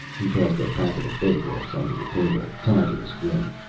he tossed a packet of photographs onto the table, tied with a string.